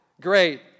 Great